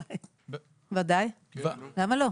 ודאי, למה לא?